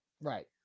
right